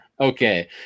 okay